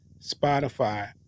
Spotify